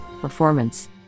Performance